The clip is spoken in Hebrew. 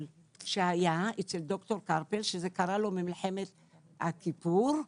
של ד"ר קרפל שזה קרה לו ממלחמת יום כיפור,